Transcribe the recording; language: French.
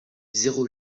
zéro